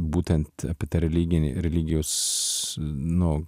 būtent apie tą religinį religijos nu